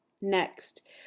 next